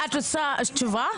את רוצה תשובה?